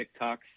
TikToks